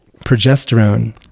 Progesterone